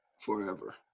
Forever